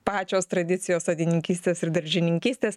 pačios tradicijos sodininkystės ir daržininkystės